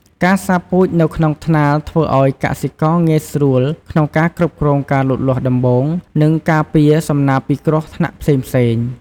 ការសាបពូជនៅក្នុងថ្នាលធ្វើឱ្យកសិករងាយស្រួលក្នុងការគ្រប់គ្រងការលូតលាស់ដំបូង និងការពារសំណាបពីគ្រោះថ្នាក់ផ្សេងៗ។